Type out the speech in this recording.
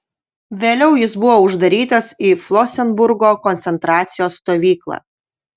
vėliau jis buvo uždarytas į flosenburgo koncentracijos stovyklą